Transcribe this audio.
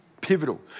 pivotal